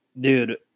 dude